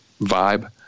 vibe